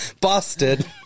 Busted